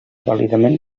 vàlidament